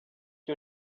que